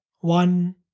one